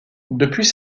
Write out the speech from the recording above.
depuis